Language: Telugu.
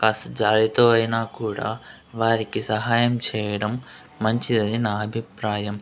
కాస్త జాలితో అయినా కూడా వారికి సహాయం చేయడం మంచిదని నా అభిప్రాయం